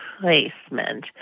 placement